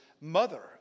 mother